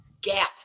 gap